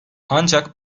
ancak